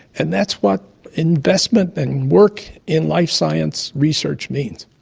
and that's what investment and work in life science research means.